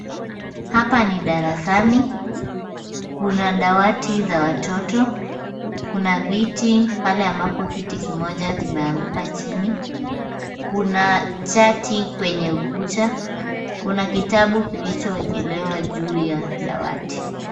Hapa ni darasani. Kuna dawati za watoto. Kuna viti pale ambapo kiti kimoja kimeanguka chini. Kuna chati kwenye ukuta. Kuna kitabu kilichowekelewa juu ya dawati.